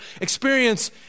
experience